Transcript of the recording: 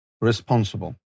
responsible